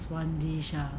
one dish ah